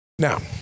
Now